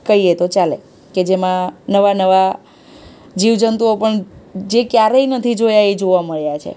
કહીએ તો ચાલે કે જેમાં નવાં નવાં જીવજંતુઓ પણ જે ક્યારેય નથી જોયા એ જોવા મળ્યા છે